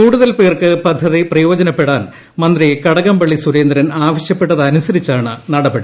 കൂടുതൽ പേർക്ക് പദ്ധതി പ്രയോജനപ്പെടാൻ മന്ത്രി കടകംപള്ളി സുരേന്ദ്രൻ ആവശ്യപ്പെട്ടതനുസ്സരിച്ചാണ് നടപടി